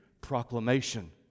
proclamation